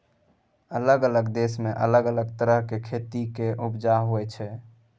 अलग अलग देश मे अलग तरहक खेती केर उपजा होइ छै